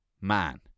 man